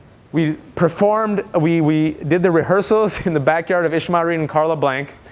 we performed. we we did the rehearsals in the backyard of ishmael reed and carla blank.